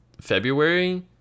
February